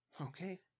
Okay